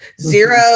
zero